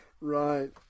Right